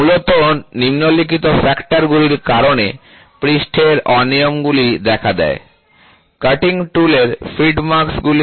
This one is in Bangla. মূলত নিম্নলিখিত ফ্যাক্টর গুলির কারণে পৃষ্ঠের অনিয়মগুলি দেখা দেয় ১ কাটিং টুলের ফিড মার্ক্স্ গুলি